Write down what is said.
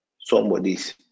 somebody's